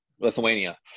Lithuania